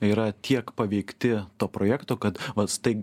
yra tiek paveikti to projekto kad va stai